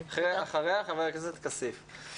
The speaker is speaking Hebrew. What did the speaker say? אחריה חבר הכנסת כסיף.